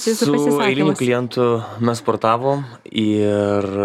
su eiliniu klientu mes sportavom ir